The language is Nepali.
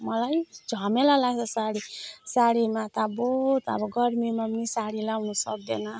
मलाई चाहिँ झमेला लाग्छ साडी साडीमा त बहुत अब गर्मीमा पनि साडी लगाउन सक्दैन